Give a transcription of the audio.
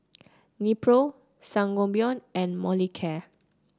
Nepro Sangobion and Molicare